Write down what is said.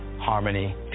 harmony